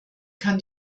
kann